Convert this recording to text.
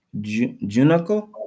Junaco